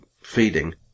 feeding